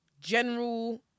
General